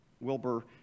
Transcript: Wilbur